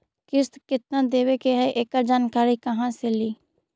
किस्त केत्ना देबे के है एकड़ जानकारी कहा से ली?